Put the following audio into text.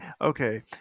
okay